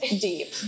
deep